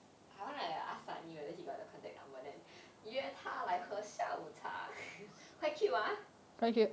I wanna ask sunny whether he got the contact number then 约他来喝下午茶 quite cute ah